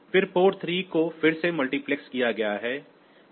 फिर पोर्ट 3 को फिर से मल्टीप्लेक्स किया गया है